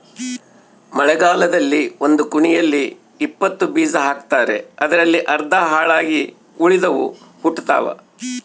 ಮಳೆಗಾಲದಲ್ಲಿ ಒಂದು ಕುಣಿಯಲ್ಲಿ ಇಪ್ಪತ್ತು ಬೀಜ ಹಾಕ್ತಾರೆ ಅದರಲ್ಲಿ ಅರ್ಧ ಹಾಳಾಗಿ ಉಳಿದವು ಹುಟ್ಟುತಾವ